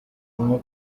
nko